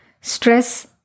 Stress